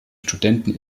studenten